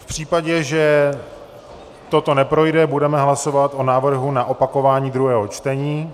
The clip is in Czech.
V případě, že toto neprojde, budeme hlasovat o návrhu na opakování druhého čtení.